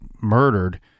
murdered